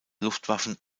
luftwaffen